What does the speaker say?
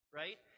right